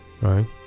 Right